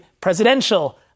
presidential